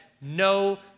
no